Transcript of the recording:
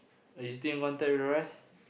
are you still in contact with the rest